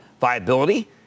viability